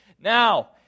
Now